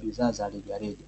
bidhaa za rejareja.